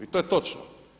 I to je točno.